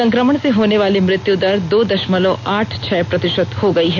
संक्रमण से होने वाली मृत्यु दर दो दशमलव आठ छह प्रतिशत हो गई है